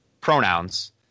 pronouns